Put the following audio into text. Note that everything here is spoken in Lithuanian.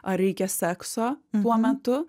ar reikia sekso tuo metu